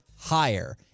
higher